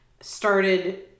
started